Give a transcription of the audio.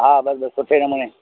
हा बस बस सुठे नमूने